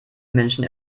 menschen